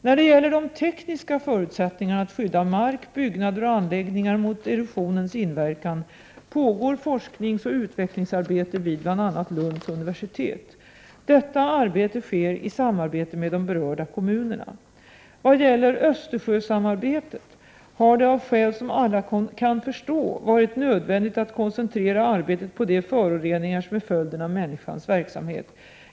När det gäller de tekniska förutsättningarna att skydda mark, byggnader och anläggningar mot erosionens inverkan pågår forskningsoch utvecklingsarbete vid bl.a. Lunds universitet. Detta arbete sker i samarbete med de berörda kommunerna. Vad gäller Östersjösamarbetet har det av skäl som alla kan förstå varit nödvändigt att koncentrera arbetet på de föroreningar som är följden av människans verksamhet.